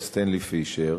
על סטנלי פישר,